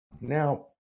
Now